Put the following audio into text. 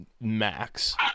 Max